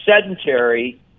sedentary